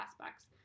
aspects